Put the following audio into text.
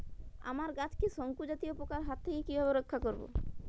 আমার গাছকে শঙ্কু জাতীয় পোকার হাত থেকে কিভাবে রক্ষা করব?